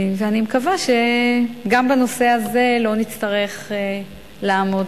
ואני מקווה שגם בנושא הזה לא נצטרך לעמוד